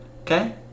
Okay